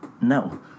No